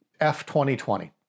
F-2020